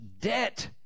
debt